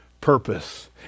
purpose